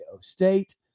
State